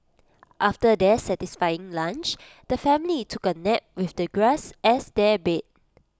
after their satisfying lunch the family took A nap with the grass as their bed